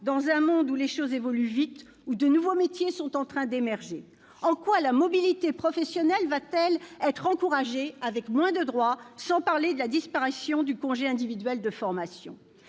dans un monde où les choses évoluent vite, où de nouveaux métiers sont en train d'émerger. En quoi la mobilité professionnelle va-t-elle être encouragée avec moins de droits ? Et je ne parle même pas de la disparition du congé individuel de formation.